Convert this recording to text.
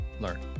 learn